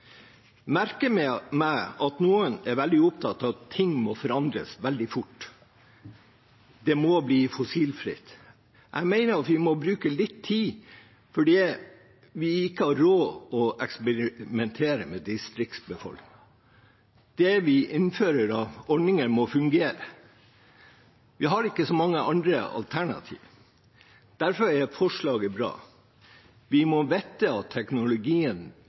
meg at noen er veldig opptatt av at ting må forandres veldig fort, at det må bli fossilfritt. Jeg mener at vi må bruke litt tid, for vi har ikke råd til å eksperimentere med distriktsbefolkningen. Det vi innfører av ordninger, må fungere. Vi har ikke så mange andre alternativer. Derfor er forslaget til vedtak bra – vi må vite at teknologien